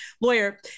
lawyer